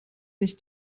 nicht